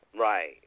Right